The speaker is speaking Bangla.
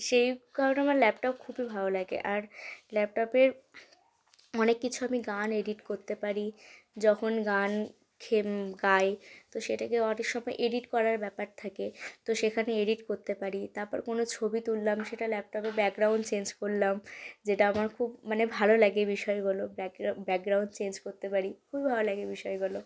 সেই কারণে আমার ল্যাপটপ খুবই ভালো লাগে আর ল্যাপটপের অনেক কিছু আমি গান এডিট করতে পারি যখন গান খেয়ে গাই তো সেটাকে অনেক সময় এডিট করার ব্যাপার থাকে তো সেখানে এডিট করতে পারি তাপর কোনো ছবি তুলাম সেটা ল্যাপটপে ব্যাকগ্রাউন্ড চেঞ্জ করলাম যেটা আমার খুব মানে ভালো লাগে বিষয়গুলো ব্যাকগ্রাউন্ড ব্যাকগ্রাউন্ড চেঞ্জ করতে পারি খুবই ভালো লাগে বিষয়গুলো